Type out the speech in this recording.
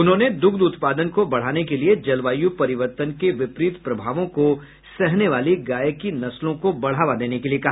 उन्होंने दुग्ध उत्पादन को बढ़ाने के लिये जलवायु परिवर्तन के विपरीत प्रभावों को सहने वाली गाय की नस्लों को बढ़ावा देने को कहा